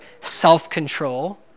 self-control